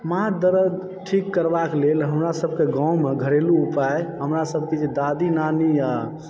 माथ दर्द ठीक करबाक लेल हमरा सबके गाँवमे घरेलू उपचार हमरा सबके दादी नानी